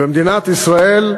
ומדינת ישראל,